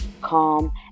calm